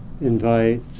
invite